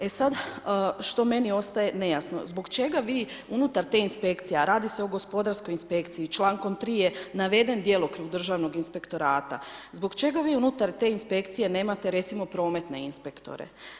E sad što meni ostaje nejasno, zbog čega vi unutar te inspekcije a radi se o gospodarskoj inspekciji, člankom 3. je naveden djelokrug Državnog inspektorata, zbog čega vi unutar te inspekcije nemate recimo prometne inspektore?